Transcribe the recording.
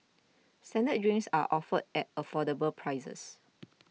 standard drinks are offered at affordable prices